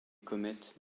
comètes